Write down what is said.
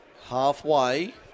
halfway